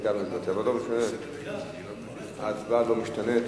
אבל ההצבעה לא משתנית.